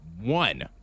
one